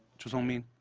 cho sung-min,